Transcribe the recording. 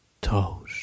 toes